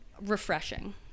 Refreshing